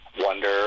wonder